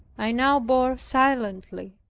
i now bore silently.